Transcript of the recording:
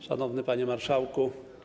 Szanowny Panie Marszałku!